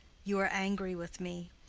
you are angry with me.